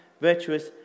virtuous